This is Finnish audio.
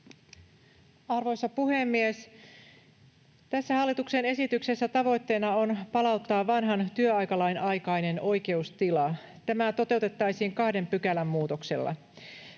Arvoisa puhemies! Tässä hallituksen esityksessä tavoitteena on palauttaa vanhan työaikalain aikainen oikeustila. Tämä toteutettaisiin kahden pykälän muutoksella.